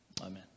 Amen